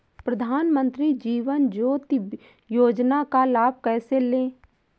प्रधानमंत्री जीवन ज्योति योजना का लाभ कैसे लें?